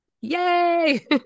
Yay